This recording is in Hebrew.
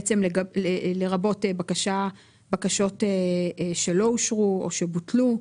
לרבות בקשות שלא אושרו או שבוטלו.